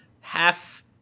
half